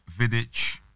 Vidic